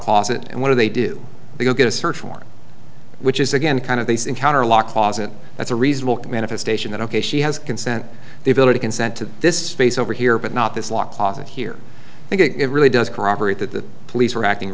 closet and what are they do they go get a search warrant which is again kind of this encounter lock closet that's a reasonable manifestation that ok she has consent they've already consent to this face over here but not this law closet here think it really does corroborate that the police were acting